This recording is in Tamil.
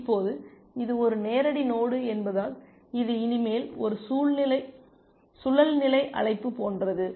இப்போது இது ஒரு நேரடி நோடு என்பதால் இது இனிமேல் ஒரு சுழல்நிலை அழைப்பு போன்றது